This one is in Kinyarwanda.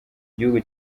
gihugu